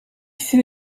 fut